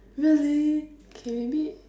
really K maybe